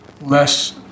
less